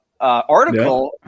article